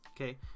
okay